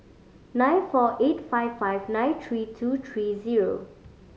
nine four eight five five nine three two three zero